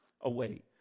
away